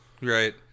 Right